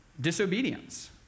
disobedience